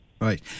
Right